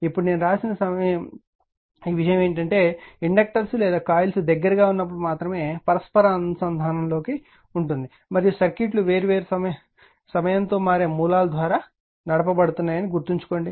ఇప్పుడు నేను వ్రాసిన విషయం ఏమిటంటే ఇండక్టర్స్ లేదా కాయిల్స్ దగ్గరగా ఉన్నప్పుడు మాత్రమే పరస్పర అనుసంధానంమ్యూచువల్ కప్లింగ్ ఉనికిలో ఉంటుంది మరియు సర్క్యూట్లు వేర్వేరు సమయం తో మారే మూలాల ద్వారా నడపబడుతున్నాయని గుర్తుంచుకోండి